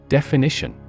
Definition